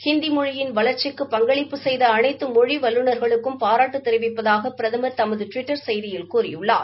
ஹிந்தி மொழியின் வளர்ச்சிக்கு பங்களிப்பு செய்த அனைத்து மொழி வல்லுநர்களுக்கும் பாராட்டு தெரிவிப்பதாக பிரதமர் தமது டுவிட்டர் செய்தியில் கூறியுள்ளார்